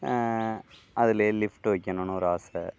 அதிலியே lift வைக்கணும்னு ஒரு ஆசை